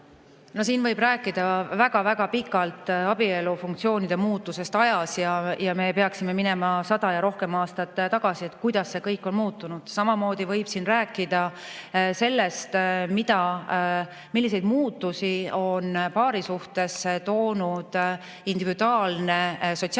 siin võib rääkida väga pikalt abielu funktsioonide muutumisest ajas. Me peaksime minema sada ja rohkem aastat tagasi, kuidas see kõik on muutunud. Samamoodi võib siin rääkida sellest, milliseid muutusi on paarisuhtesse toonud individuaalne sotsiaalkindlustussüsteem.